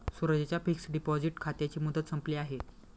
सूरजच्या fixed deposit खात्याची मुदत संपली आहे